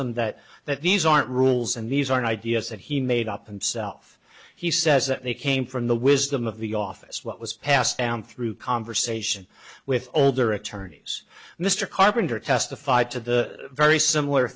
them that that these aren't rules and these aren't ideas that he made up and south he says that they came from the wisdom of the office what was passed down through conversation with older attorneys mr carpenter testified to the very similar